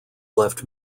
left